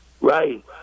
Right